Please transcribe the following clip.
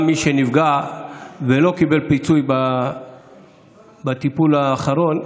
גם מי שנפגע ולא קיבל פיצוי בטיפול האחרון,